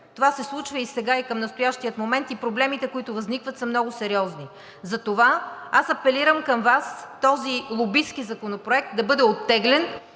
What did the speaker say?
Това се случва и сега към настоящия момент и проблемите, които възникват, са много сериозни. Затова апелирам към Вас, този лобистки законопроект да бъде оттеглен